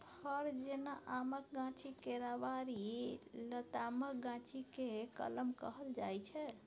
फर जेना आमक गाछी, केराबारी, लतामक गाछी केँ कलम कहल जाइ छै